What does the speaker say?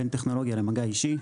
בין טכנולוגיה למגע אישי.